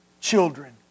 children